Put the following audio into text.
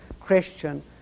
Christian